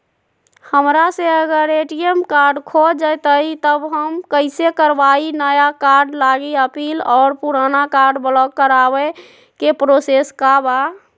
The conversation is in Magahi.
हमरा से अगर ए.टी.एम कार्ड खो जतई तब हम कईसे करवाई नया कार्ड लागी अपील और पुराना कार्ड ब्लॉक करावे के प्रोसेस का बा?